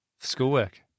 Schoolwork